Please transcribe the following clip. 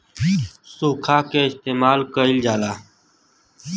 सुखा के इस्तेमाल कइल जाला